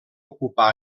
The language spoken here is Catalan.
ocupà